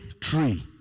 tree